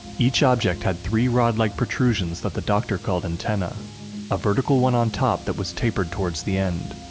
each object had three rod-like protrusions that the doctor called antennae a vertical one on top that was tapered towards the end,